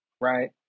right